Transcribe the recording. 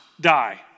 die